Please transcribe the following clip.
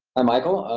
ah michael,